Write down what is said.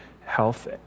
health